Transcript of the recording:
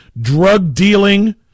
drug-dealing